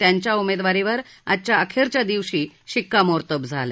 त्यांच्या उमेदवारीवर आज अखेरच्या दिवशी शिक्कामोर्तब झालं